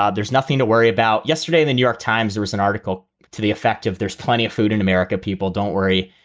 um there's nothing to worry about yesterday, the new york times, there is an article to the effect of there's plenty of food in america. people don't worry,